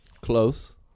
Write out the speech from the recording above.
Close